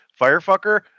firefucker